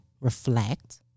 reflect